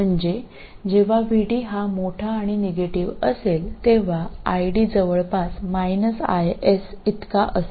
म्हणजे जेव्हा VD हा मोठा आणि निगेटिव असेल तेव्हा ID जवळपास IS इतका असेल